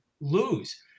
lose